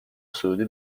سعودی